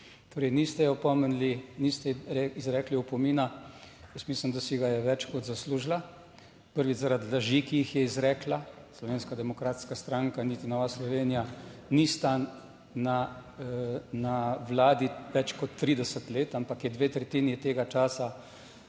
Torej niste je opomnili, niste izrekli opomina. Jaz mislim, da si ga je več kot zaslužila, prvič zaradi laži, ki jih je izrekla - Slovenska demokratska stranka, niti Nova Slovenija ni sta na, na vladi več kot 30 let, ampak je dve tretjini tega časa